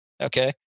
Okay